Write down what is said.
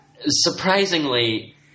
Surprisingly